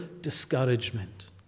discouragement